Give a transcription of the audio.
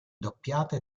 doppiata